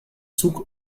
zug